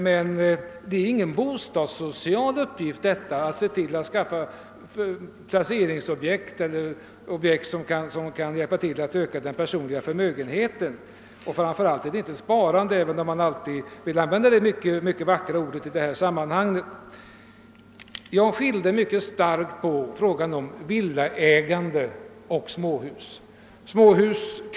Men det är ingen bostadssocial uppgift att skaffa objekt som hjälper till att öka den personliga förmögenheten. Och framför allt är det inte fråga om ett sparande, även om man ofta använder det ordet i sammanhanget. Jag skilde mycket starkt på villaägande och att bo i småhus.